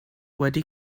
wedi